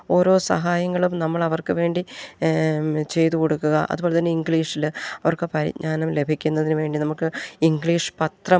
ഓരോ സഹായങ്ങളും നമ്മളവർക്ക് വേണ്ടി ചെയ്തു കൊടുക്കുക അതു പോലെ തന്നെ ഇംഗ്ലീഷിൽ അവർക്കു പരിജ്ഞാനം ലഭിക്കുന്നതിനു വേണ്ടി നമുക്ക് ഇംഗ്ലീഷ് പത്രം